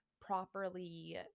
properly